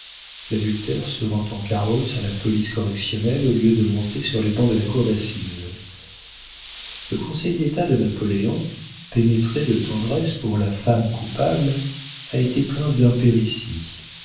l'adultère se rend en carrosse à la police correctionnelle au lieu de monter sur les bancs de la cour d'assises le conseil-d'état de napoléon pénétré de tendresse pour la femme coupable a été plein d'impéritie